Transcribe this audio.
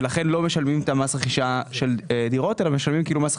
ולכן לא משלמים את מס הרכישה של דירות מגורים.